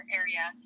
area